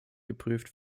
geprüft